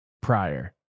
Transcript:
prior